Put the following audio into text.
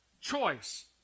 choice